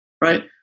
right